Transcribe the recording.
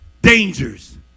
Dangers